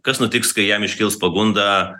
kas nutiks kai jam iškils pagunda